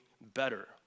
better